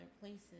places